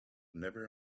never